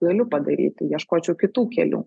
galiu padaryti ieškočiau kitų kelių